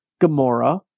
Gamora